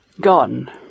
gone